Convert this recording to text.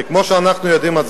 כמו שאנו יודעים,